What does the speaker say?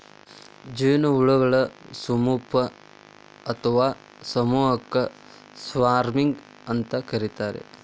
ಜೇನುಹುಳಗಳ ಸುಮಪು ಅತ್ವಾ ಸಮೂಹಕ್ಕ ಸ್ವಾರ್ಮಿಂಗ್ ಅಂತ ಕರೇತಾರ